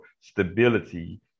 stability